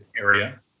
area